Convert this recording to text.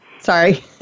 Sorry